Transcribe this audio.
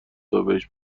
تابهش